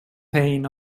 pain